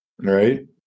Right